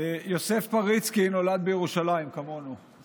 יוסף פריצקי נולד בירושלים, כמונו,